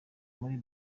muri